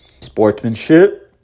Sportsmanship